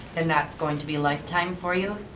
and that's going to be lifetime for you?